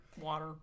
water